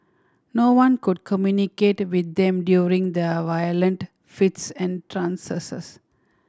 no one could communicate with them during their violent fits and trances